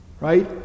right